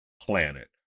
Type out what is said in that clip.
planet